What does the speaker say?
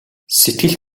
сэтгэлд